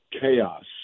chaos